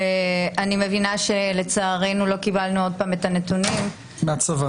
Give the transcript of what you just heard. אני מבינה שלצערנו לא קיבלנו עוד פעם את הנתונים מהצבא,